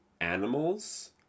animals